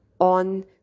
on